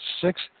six